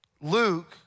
Luke